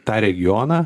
tą regioną